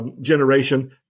generation –